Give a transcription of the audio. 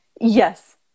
Yes